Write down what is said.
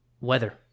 weather